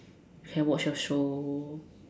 can watch your show